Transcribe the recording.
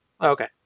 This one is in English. Okay